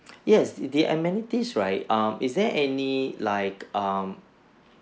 yes the amenities right um is there any like um